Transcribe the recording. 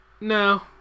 No